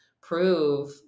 prove